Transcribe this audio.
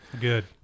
Good